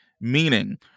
Meaning